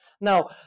Now